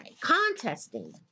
contesting